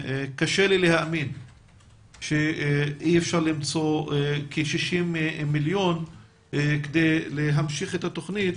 קשה לי להאמין שאי אפשר למצוא כ-60 מיליון כדי להמשיך את התוכנית,